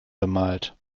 bemalt